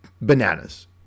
bananas